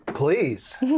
Please